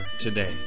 today